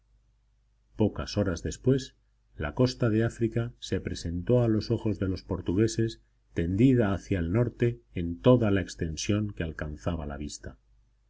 pocas horas después la costa de áfrica se presentó a los ojos de los portugueses tendida hacia el norte en toda la extensión que alcanzaba la vista